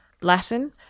Latin